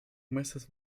mrs